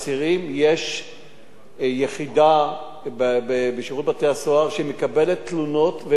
יש יחידה בשירות בתי-הסוהר שמקבלת תלונות ובודקת אותן.